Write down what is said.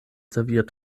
serviert